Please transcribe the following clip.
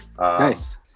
Nice